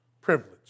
privilege